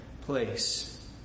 place